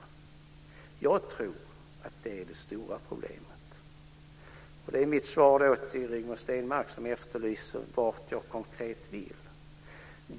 Jag tror att detta är det stora problemet. Det är mitt svar till Rigmor Stenmark som efterlyser vart jag konkret vill.